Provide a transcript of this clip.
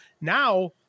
Now